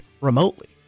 remotely